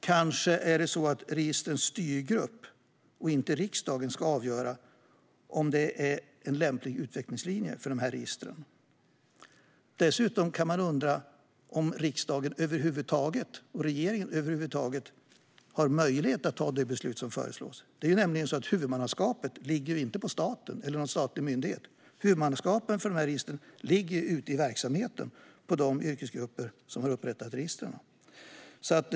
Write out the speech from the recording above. Kanske är det registrens styrgrupp, och inte riksdagen, som ska avgöra om detta är en lämplig utvecklingslinje för registren. Dessutom kan man undra om riksdagen och regeringen över huvud taget har möjlighet att fatta det beslut som föreslås. Huvudmannaskapet för registren ligger nämligen inte på staten eller på någon statlig myndighet, utan det ligger ute i verksamheten på de yrkesgrupper som har upprättat registren.